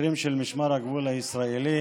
שוטרים של משמר הגבול הישראלי,